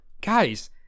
guys